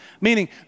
Meaning